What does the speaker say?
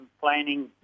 planning